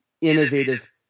innovative